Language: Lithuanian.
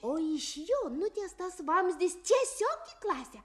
o iš jo nutiestas vamzdis tiesiog į klasę